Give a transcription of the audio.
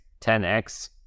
10x